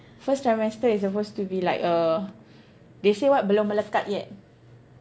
first trimester is supposed to be like uh they say what belum melekat yet